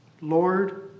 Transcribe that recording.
Lord